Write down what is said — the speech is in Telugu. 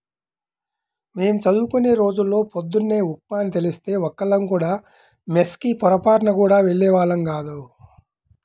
మేం చదువుకునే రోజుల్లో పొద్దున్న ఉప్మా అని తెలిస్తే ఒక్కళ్ళం కూడా మెస్ కి పొరబాటున గూడా వెళ్ళేవాళ్ళం గాదు